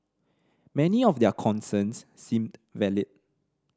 many of their concerns seemed valid